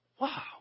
Wow